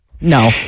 No